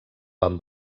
amb